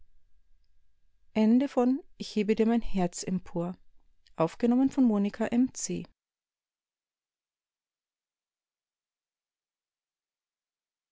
ich hebe dir mein herz empor